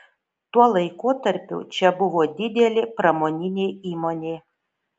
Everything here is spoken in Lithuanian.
tuo laikotarpiu čia buvo didelė pramoninė įmonė